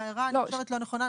ההערה נחשבת לא נכונה,